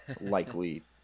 Likely